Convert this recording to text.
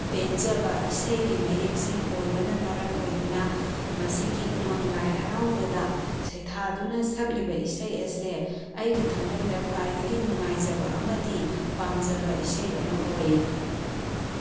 ꯄꯦꯟꯖꯕ ꯏꯁꯩꯒꯤ ꯃꯌꯦꯛꯁꯤꯡ ꯑꯣꯏꯕꯅ ꯃꯔꯝ ꯑꯣꯏꯗꯨꯅ ꯃꯁꯤꯒꯤ ꯎꯃꯪ ꯂꯥꯏ ꯍꯔꯥꯎꯕꯗ ꯁꯩꯊꯥꯗꯨꯅ ꯁꯛꯜꯤꯕ ꯏꯁꯩ ꯑꯁꯦ ꯑꯩꯒꯤ ꯊꯃꯣꯏꯗ ꯈ꯭ꯋꯥꯏꯗꯒꯤ ꯅꯨꯡꯉꯥꯏꯖꯕ ꯑꯃꯗꯤ ꯄꯥꯝꯖꯕ ꯏꯁꯩ ꯑꯃ ꯑꯣꯏ